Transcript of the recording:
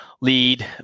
lead